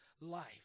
life